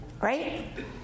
right